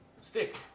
stick